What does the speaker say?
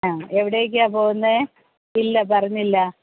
ആ എവിടെക്കാണ് പോകുന്നത് ഇല്ല പറഞ്ഞില്ല